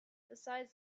besides